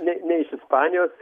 ne ne iš ispanijos